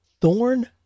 thorn